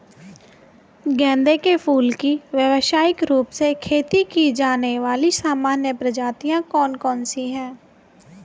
गेंदे के फूल की व्यवसायिक रूप से खेती की जाने वाली सामान्य प्रजातियां कौन सी है?